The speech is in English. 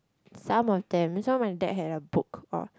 some of them so when they had a book of